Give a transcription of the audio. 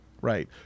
right